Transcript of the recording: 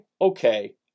okay